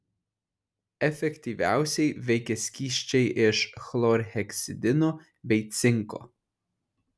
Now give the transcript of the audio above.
efektyviausiai veikia skysčiai iš chlorheksidino bei cinko